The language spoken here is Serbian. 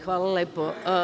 Hvala lepo.